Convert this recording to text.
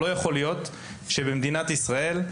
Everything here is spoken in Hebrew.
לא יכול להיות, שבמדינת ישראל,